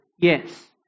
yes